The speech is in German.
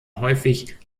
häufig